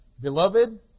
Beloved